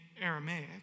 Aramaic